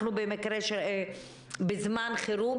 אנחנו בזמן חירום,